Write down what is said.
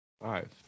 five